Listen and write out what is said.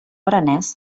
aranès